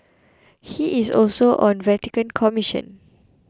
he is also on a Vatican commission